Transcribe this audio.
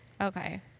Okay